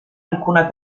alcuna